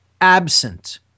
absent